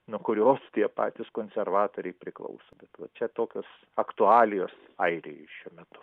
nuo kurios tie patys konservatoriai priklauso va čia tokios aktualijos airijai šiuo metu